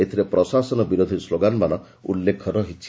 ଏଥିରେ ପ୍ରଶାସନ ବିରୋଧି ସ୍କୋଗାନମାନ ଉଲ୍କୋଖ ରହିଛି